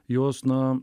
jos na